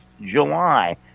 July